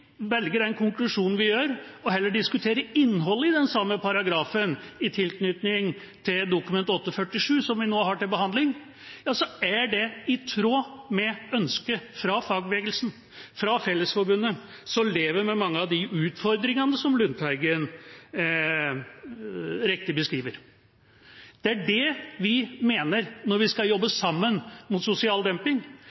velger den konklusjonen vi gjør, altså heller å diskutere innholdet i den samme paragrafen i tilknytning til Dokument 8:47 S, som vi nå har til behandling, er det i tråd med ønsket fra fagbevegelsen, fra Fellesforbundet, som lever med mange av de utfordringene som Lundteigen riktig beskriver. Det er det vi mener når vi skal jobbe